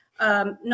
No